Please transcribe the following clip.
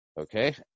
Okay